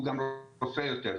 הוא גם רופא יותר טוב.